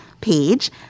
page